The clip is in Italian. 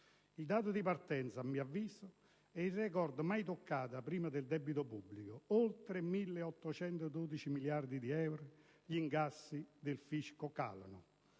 Il dato di partenza, a mio avviso, è il record mai toccato prima dal debito pubblico: oltre 1.812 miliardi di euro. Gli incassi del fisco calano: